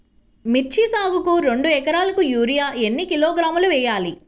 మిర్చి సాగుకు రెండు ఏకరాలకు యూరియా ఏన్ని కిలోగ్రాములు వేయాలి?